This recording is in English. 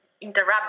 interrupt